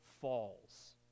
falls